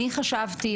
אני חשבתי,